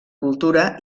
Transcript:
cultura